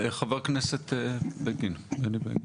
חה"כ בני בגין.